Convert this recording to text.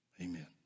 Amen